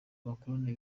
abakoloni